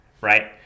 right